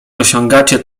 osiągacie